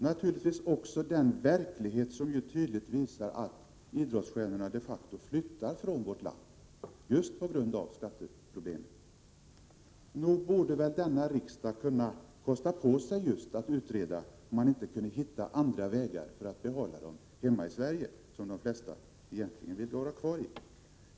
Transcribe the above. Jag vill också peka på det tydliga faktum att idrottsmännen verkligen flyttar från vårt land just på grund av skatteproblemen. Nog borde väl riksdagen kunna kosta på sig att kräva en utredning om huruvida man kan hitta vägar för att behålla dem hemma i Sverige, där de flesta egentligen vill vara kvar.